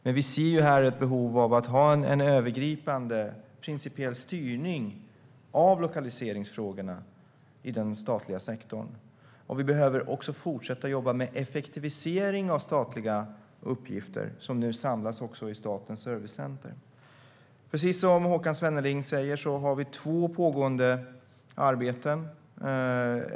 Men vi ser ett behov av att ha en övergripande principiell styrning av lokaliseringsfrågorna i den statliga sektorn. Vi behöver också fortsätta jobba med effektivisering av statliga uppgifter, som nu samlas i Statens servicecenter. Precis som Håkan Svenneling säger har vi två pågående arbeten.